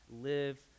live